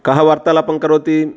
कः वार्तालापं करोति